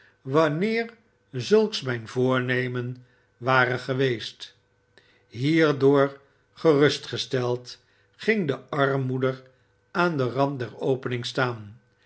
wanneer zulks mijn voornemen ware geweest hierdoor gerustgesteld ging de armmoeder aan den rand der opening staan